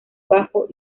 bajo